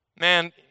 man